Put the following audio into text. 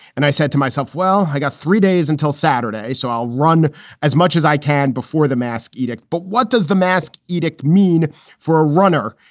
and i said to myself, well, i got three days until saturday, so i'll run as much as i can before the mask edict. but what does the mask edict mean for a runner?